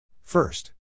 First